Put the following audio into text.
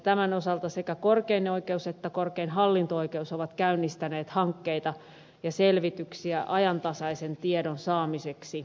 tämän osalta sekä korkein oikeus että korkein hallinto oikeus ovat käynnistäneet hankkeita ja selvityksiä ajantasaisen tiedon saamiseksi